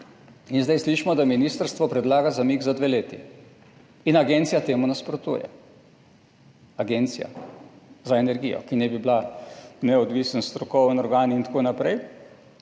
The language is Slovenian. in zdaj slišimo, da ministrstvo predlaga zamik za dve leti in agencija temu nasprotuje. Agencija za energijo, ki naj bi bila neodvisen strokovni organ in tako naprej.